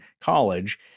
college